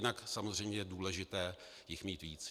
Jinak samozřejmě je důležité jich mít víc.